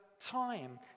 time